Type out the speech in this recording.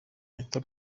anita